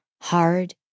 Hard